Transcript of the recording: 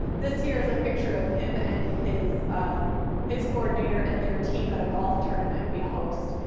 this here is a picture of him and his ah his coordinator and their team at a golf tournament we host.